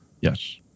Yes